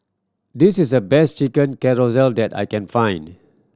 this is the best Chicken Casserole that I can find